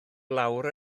lawr